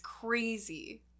crazy